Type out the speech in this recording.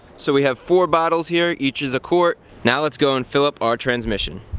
so we have four bottles here, each is a quart. now let's go and fill up our transmission.